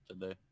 today